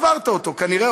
עברת אותו כנראה,